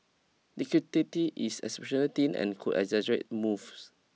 liquidity is exceptionally thin and could exaggerate moves